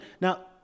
now